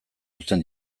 uzten